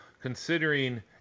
considering